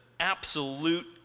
absolute